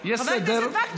יש סדר.